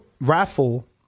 raffle